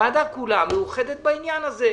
הוועדה כולה מאוחדת בעניין הזה.